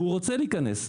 והוא רוצה להיכנס?